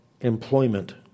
employment